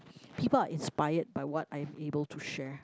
people are inspired by what I'm able to share